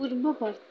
ପୂର୍ବବର୍ତ୍ତୀ